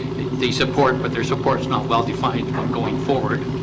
they support but their supports not well defined i'm going forward